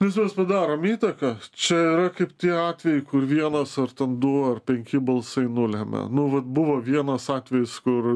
nes mes padarom įtaką čia yra kaip tie atvejai kur vienas ar ten du ar penki balsai nulemia nu va buvo vienas atvejis kur